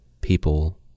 people